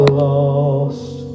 lost